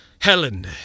Helen